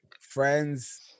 friends